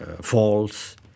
falls